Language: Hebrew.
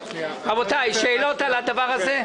רבותיי, שאלות על הדבר הזה?